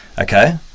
okay